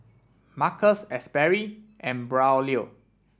Marcus Asberry and Braulio